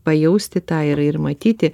pajausti tą ir ir matyti